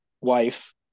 wife